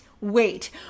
wait